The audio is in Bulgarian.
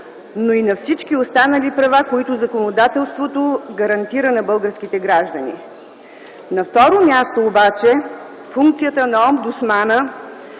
но и на всички останали права, които законодателството гарантира на българските граждани. На второ място, обаче функцията на омбудсмана